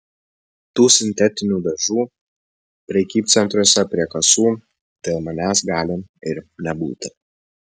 tų sintetinių dažų prekybcentriuose prie kasų dėl manęs gali ir nebūti